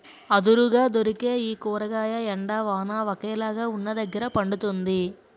అరుదుగా దొరికే ఈ కూరగాయ ఎండ, వాన ఒకేలాగా వున్నదగ్గర పండుతుంది